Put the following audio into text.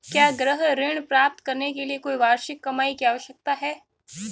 क्या गृह ऋण प्राप्त करने के लिए कोई वार्षिक कमाई की आवश्यकता है?